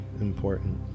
important